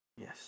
Yes